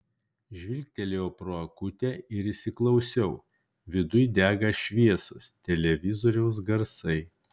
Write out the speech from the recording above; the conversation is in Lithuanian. žvilgtelėjau pro akutę ir įsiklausiau viduj dega šviesos televizoriaus garsai